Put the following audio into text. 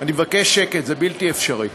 אני מבקש שקט, זה בלתי אפשרי.